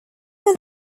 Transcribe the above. were